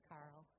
Carl